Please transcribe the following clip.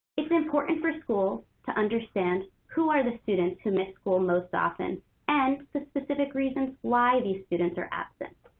it's important for schools to understand who are the students who miss school most often and the specific reasons why these students are absent,